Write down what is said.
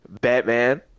batman